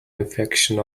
infection